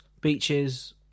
beaches